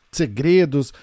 segredos